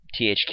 THQ